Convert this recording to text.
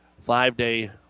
five-day